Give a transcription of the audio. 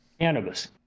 cannabis